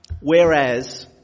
Whereas